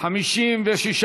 זרות), התשע"ו 2016, נתקבלה.